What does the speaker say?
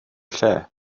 lle